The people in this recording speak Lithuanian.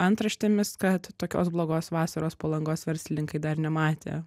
antraštėmis kad tokios blogos vasaros palangos verslininkai dar nematė